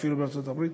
אפילו בארצות-הברית.